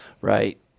Right